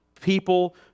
people